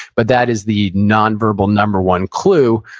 but, that is the nonverbal number one clue,